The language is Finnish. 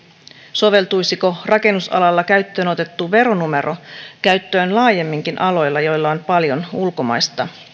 soveltuisiko rakennusalalla käyttöön otettu veronumero käyttöön laajemminkin aloilla joilla on paljon ulkomaista